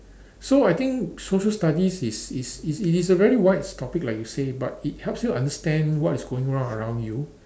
so I think social studies is is it is a very wide topic like you say but it helps you understand what is going on around you